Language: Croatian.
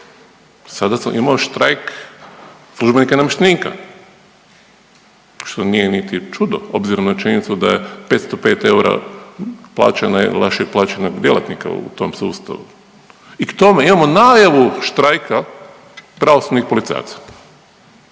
sada smo imali štrajk službenika i namještenika što nije niti čudo obzirom na činjenicu da je 505 eura plaće, najlošije plaćenog djelatnika u tom sustavu i k tome imamo najavu štrajka pravosudnih policajaca.